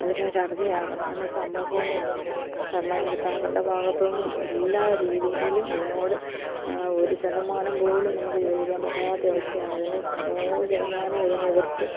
അതിനൊരറുതിയാകണമെന്ന് സമൂഹവും ഭരണകർത്താക്കളുടെ ഭാഗത്തുനിന്നും എല്ലാ രീതിയിലും ഇതിനോട് ഒരു ശതമാനം പോലും നമുക്ക് യോജിക്കാൻ പറ്റാത്ത അവസ്ഥയാണിതിന് നൂറ് ശതമാനവും ഇതിനെ എതിർത്ത്